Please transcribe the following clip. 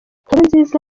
nkurunziza